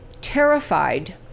terrified